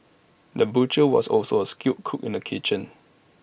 the butcher was also A skilled cook in the kitchen